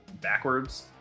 backwards